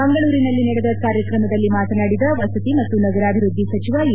ಮಂಗಳೂರಿನಲ್ಲಿ ನಡೆದ ಕಾರ್ಯತ್ರಮದಲ್ಲಿ ಮಾತನಾಡಿದ ಮತ್ತು ನಗರಾಭಿವೃದ್ಧಿ ಸಚಿವ ಯು